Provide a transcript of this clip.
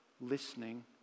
listening